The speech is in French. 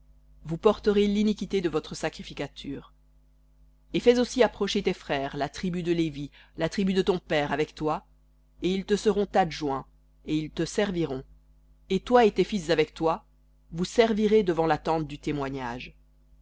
vous porterez l'iniquité de votre sacrificature et fais aussi approcher tes frères la tribu de lévi la tribu de ton père avec toi et ils te seront adjoints et ils te serviront et toi et tes fils avec toi devant la tente du témoignage